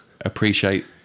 appreciate